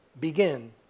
begin